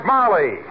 Molly